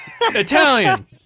Italian